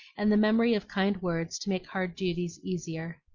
and the memory of kind words to make hard duties easier.